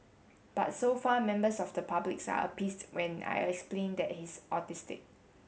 but so far members of the public are appeased when I explain that he's autistic